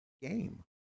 game